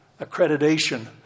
accreditation